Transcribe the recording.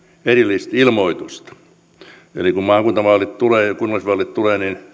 erillistä ilmoitusta eli kun maakuntavaalit ja kunnallisvaalit tulevat niin